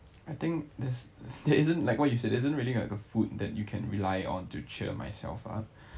I think there's there isn't like what you said isn't really like a food that you can rely on to cheer myself up